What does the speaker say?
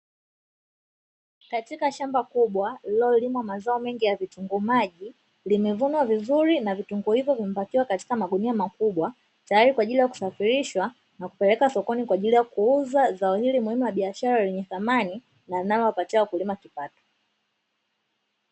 Katika shamba kubwa lililo limwa mazao mengi ya vitunguu maji, limevunwa vizuri na vitunguu hivyo vimepakiwa katika magunia makubwa tayati kwaajili ya kusafirishwa na kupelekwa sokoni kwaajili ya kuuza zao hilo muhimu la thamani na linalo wapatia wakulima kipato.